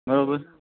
બરોબર